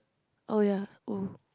oh ya mm